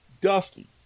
Dusty